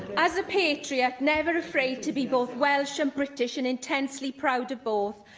as a patriot, never afraid to be both welsh and british, and intensely proud of both,